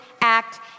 act